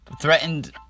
threatened